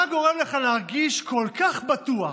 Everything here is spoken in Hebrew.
מה גורם לך להרגיש כל כך בטוח,